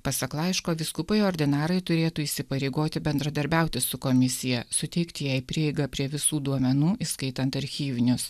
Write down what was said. pasak laiško vyskupai ordinarai turėtų įsipareigoti bendradarbiauti su komisija suteikt jai prieigą prie visų duomenų įskaitant archyvinius